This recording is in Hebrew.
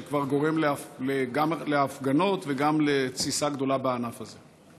שכבר גורם להפגנות וגם לתסיסה גדולה בענף הזה?